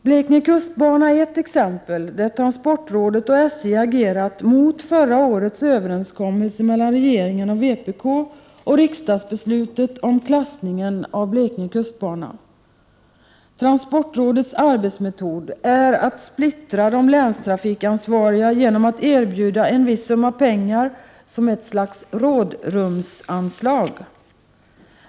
Blekinge kustbana är ett exempel där transportrådet och SJ agerat mot förra årets överenskommelse mellan regeringen och vpk samt mot riksdagsbeslutet om klassningen av Blekinge kustbana. Transportrådets arbetsmetod är att splittra de länstrafikansvariga genom att erbjuda en viss summa pengar som ett slags rådrumsanslag.